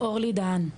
אורלי דהן.